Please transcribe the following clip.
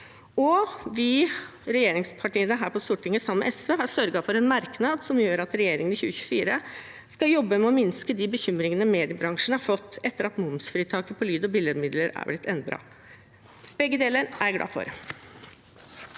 Vi, regjeringspartiene her på Stortinget sammen med SV, har også sørget for en merknad som gjør at regjeringen i 2024 skal jobbe med å minske de bekymringene mediebransjen har fått etter at momsfritaket på lyd- og bildemedier er blitt endret. Begge deler er jeg glad for.